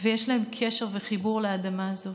ויש להם קשר וחיבור לאדמה הזאת.